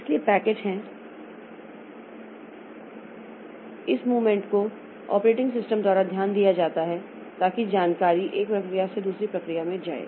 इसलिए पैकेट हैं इस आंदोलन को ऑपरेटिंग सिस्टम द्वारा ध्यान दिया जाता है ताकि जानकारी एक प्रक्रिया से दूसरी प्रक्रिया में जाए